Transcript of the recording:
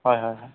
হয় হয় হয়